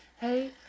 hey